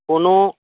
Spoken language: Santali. ᱠᱳᱱᱳ